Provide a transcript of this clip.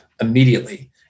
immediately